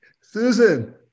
Susan